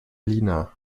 lina